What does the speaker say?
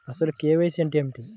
అసలు కే.వై.సి అంటే ఏమిటి?